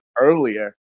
earlier